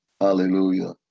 Hallelujah